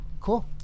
cool